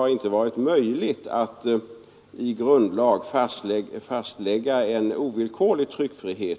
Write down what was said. det inte har varit möjligt att i grundlag fastlägga en ovillkorlig tryckfrihet.